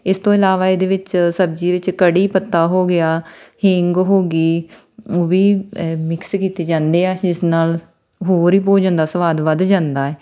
ਇਸ ਤੋਂ ਇਲਾਵਾ ਇਹਦੇ ਵਿੱਚ ਸਬਜ਼ੀ ਵਿੱਚ ਕੜੀ ਪੱਤਾ ਹੋ ਗਿਆ ਹਿੰਗ ਹੋ ਗਈ ਉਹ ਵੀ ਮਿਕਸ ਕੀਤੇ ਜਾਂਦੇ ਆ ਜਿਸ ਨਾਲ ਹੋਰ ਵੀ ਭੋਜਨ ਦਾ ਸੁਆਦ ਵੱਧ ਜਾਂਦਾ ਹੈ